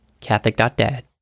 Catholic.Dad